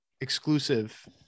exclusive